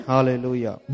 Hallelujah